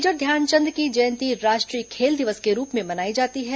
major Dhyan Chand की जयंती राष्ट्रीय खेल दिवस के रूप में मनाई जाती है